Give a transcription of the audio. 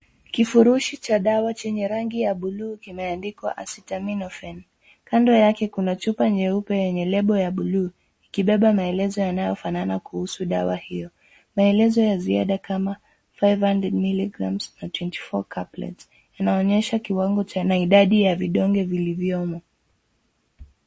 Kifurushi cha dawa chenye rangi ya buluu kimeandikwa acetaminophen . Kando yake kuna chupa nyeupe yenye lebo ya buluu, ikibeba maelezo yanayofafana kuhusu dawa hiyo. Maelezo ya ziada kama five hundred miligrams na twenty four caplets inaonyesha kiwango cha na idadi ya vidonge vilivyomo.